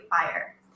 fire